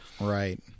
right